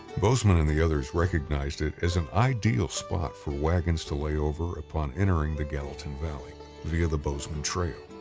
bozeman and the others recognized it as an ideal spot for wagons to layover upon entering the gallatin valley via the bozeman trail.